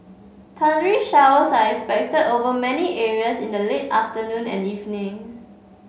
thundery showers are expected over many areas in the late afternoon and evening